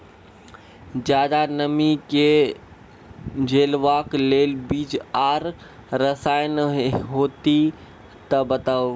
ज्यादा नमी के झेलवाक लेल बीज आर रसायन होति तऽ बताऊ?